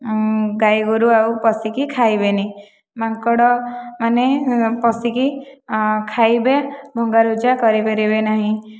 ଉଁ ଗାଈଗୋରୁ ଆଉ ପଶିକି ଖାଇବେନି ମାଙ୍କଡ ମାନେ ପସିକି ଖାଇବେ ଭଙ୍ଗାରୁଜା କରିପାରିବେ ନାହିଁ